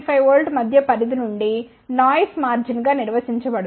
5 V మధ్య పరిధి నుండి నాయిస్ మార్జిన్గా నిర్వచించబడింది